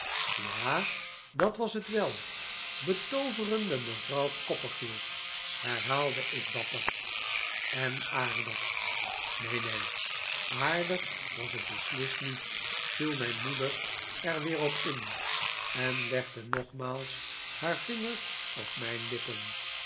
ja dat was het wel betooverende mevrouw copperfield herhaalde ik dapper en aardig neen neen aardig was het beslist niet viel mijn moeder er weer op in en legde nogmaals haar vingers op mijn lippen